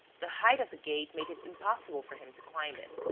the height of the gate made it impossible for him to climb it.